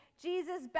Jesus